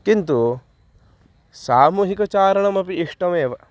किन्तु सामूहिकचारणमपि इष्टमेव